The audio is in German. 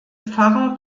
pfarrer